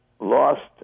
lost